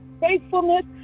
faithfulness